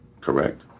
correct